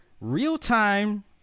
real-time